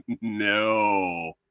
No